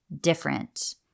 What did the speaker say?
different